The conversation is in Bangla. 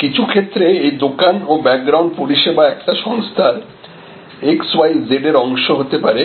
কিছু ক্ষেত্রে এই দোকান ও ব্যাকগ্রাউন্ড পরিষেবা একটি সংস্থার XYZ এর অংশ হতে পারে